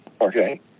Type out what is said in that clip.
Okay